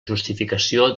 justificació